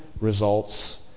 results